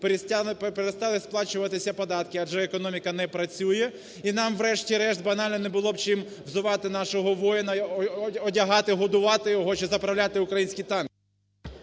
перестали сплачуватися податки, адже економіка не працює, і нам, врешті-решт, банально не було б чим взувати нашого воїна, одягати, годувати його чи заправляти українські танки.